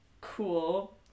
cool